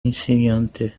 inseniante